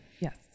Yes